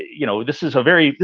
you know, this is a very,